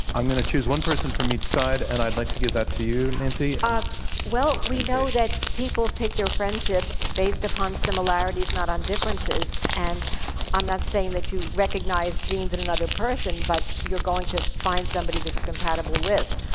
i'm going to choose one person from each side, and i'd like to give it to you, nancy. well, we know that people pick their friendships based upon similarities, not on differences, and i'm not saying that you recognize genes in another person, but you're going to find somebody that you're compatible with.